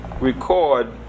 record